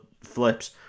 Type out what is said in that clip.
flips